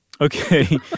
Okay